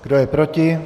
Kdo je proti?